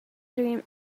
dream